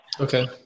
okay